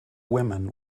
women